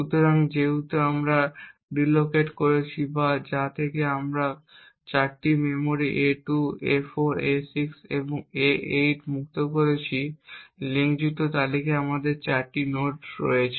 সুতরাং যেহেতু আমরা ডিললোকেট করেছি বা যা থেকে আমরা 4টি মেমরি a2 a4 a6 এবং a8 মুক্ত করেছি লিঙ্কযুক্ত তালিকায় আমাদের 4টি নোড রয়েছে